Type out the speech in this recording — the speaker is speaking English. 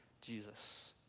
Jesus